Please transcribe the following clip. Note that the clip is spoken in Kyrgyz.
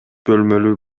бөлмөлүү